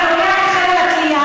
אתה לוקח את חבל התלייה,